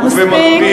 מספיק.